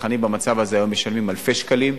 צרכנים במצב הזה, היו משלמים אלפי שקלים.